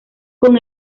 con